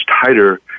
tighter